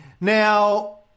Now